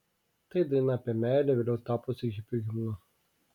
tai daina apie meilę vėliau tapusi hipių himnu